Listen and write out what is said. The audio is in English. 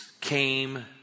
came